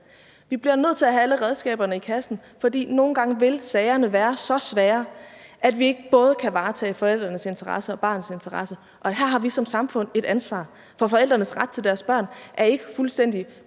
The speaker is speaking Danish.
Vi bliver nødt til at have alle redskaberne i kassen, for nogle gange vil sagerne være så svære, at vi ikke kan varetage både forældrenes interesse og barnets interesse. Og her har vi som samfund et ansvar. For forældrenes ret til deres børn er ikke fuldstændig uden